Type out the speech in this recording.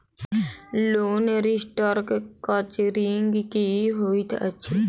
Loan restructuring की होइत अछि?